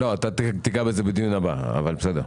לא, אתה תיגע בזה בדיון הבא, אבל בסדר.